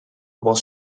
was